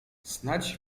snadź